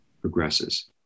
progresses